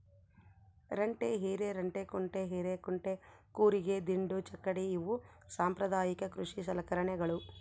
ರಂಟೆ ಹಿರೆರಂಟೆಕುಂಟೆ ಹಿರೇಕುಂಟೆ ಕೂರಿಗೆ ದಿಂಡು ಚಕ್ಕಡಿ ಇವು ಸಾಂಪ್ರದಾಯಿಕ ಕೃಷಿ ಸಲಕರಣೆಗಳು